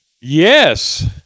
Yes